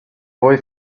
boy